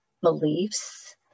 beliefs